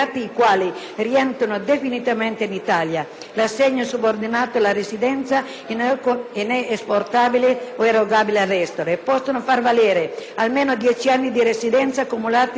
alla residenza e non è esportabile o erogabile all'estero) e possono far valere almeno dieci anni di residenza cumulativi nel territorio nazionale in qualunque periodo della loro